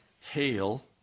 hail